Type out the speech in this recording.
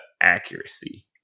accuracy